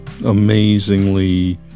amazingly